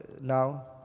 now